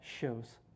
shows